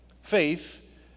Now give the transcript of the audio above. Faith